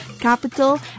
capital